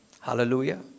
Hallelujah